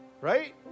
right